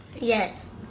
Yes